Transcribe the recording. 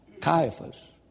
Caiaphas